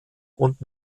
und